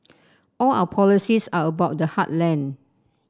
all our policies are about the heartland